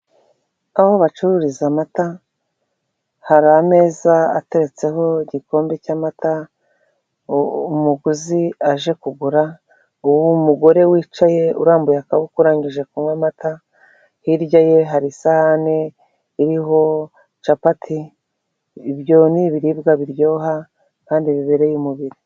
Aho bacururiza amata hari ameza ateretseho igikombe cy'amata, umuguzi aje kugura uwo mugore wicaye urambuye akaboko urangije kunywa amata, hirya ye hari isahani iriho capati ibyo ni ibibiribwa biryoha kandi bibereye umubiri.